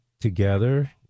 together